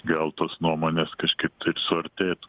gal tos nuomonės kažkaip tai ir suartėtų